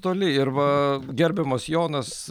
toli ir va gerbiamas jonas